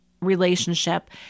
relationship